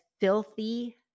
filthy